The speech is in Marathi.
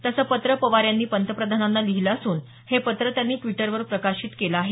तसं पत्र पवार यांनी पंतप्रधानांना लिहिलं असून हे पत्रं त्यांनी द्विटरवर प्रकाशित केलं आहे